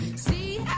see